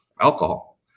alcohol